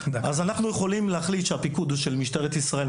אז אנחנו יכולים להחליט מראש שהפיקוד הוא של משטרת ישראל,